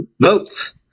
votes